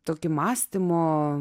tokį mąstymo